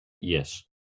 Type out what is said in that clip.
Yes